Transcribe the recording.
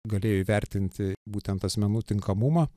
galėjo įvertinti būtent asmenų tinkamumą